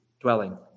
dwelling